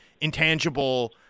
intangible